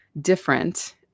different